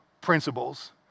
principles